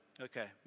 okay